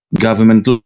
government